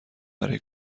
برای